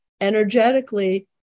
energetically